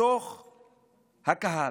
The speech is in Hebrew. בתוך הקהל,